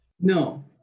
No